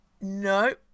No